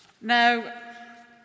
Now